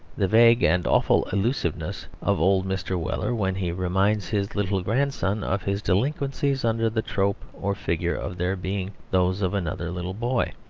the vague and awful allusiveness of old mr. weller when he reminds his little grandson of his delinquencies under the trope or figure of their being those of another little boy,